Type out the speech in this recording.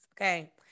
Okay